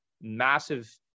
massive